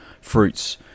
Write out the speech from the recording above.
fruits